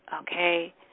Okay